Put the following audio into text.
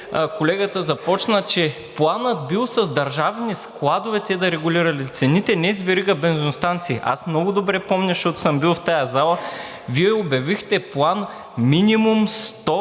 колегата започна, че планът бил с държавни складове, те да регулирали цените, а не с верига бензиностанции. Аз много добре помня, защото съм бил в тази зала, Вие обявихте план минимум 100